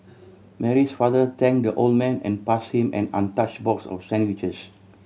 Mary's father thank the old man and pass him an untouch box of sandwiches